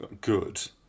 good